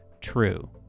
true